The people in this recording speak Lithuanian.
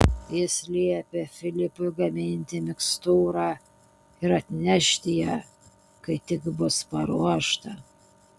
jis liepė filipui gaminti mikstūrą ir atnešti ją kai tik bus paruošta